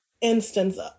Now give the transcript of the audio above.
instance